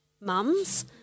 mums